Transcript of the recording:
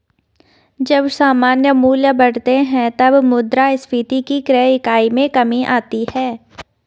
जब सामान्य मूल्य बढ़ते हैं, तब मुद्रास्फीति की क्रय इकाई में कमी आती है